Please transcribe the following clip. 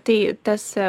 tai tas